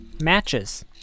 Matches